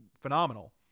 phenomenal